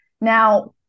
Now